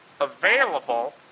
available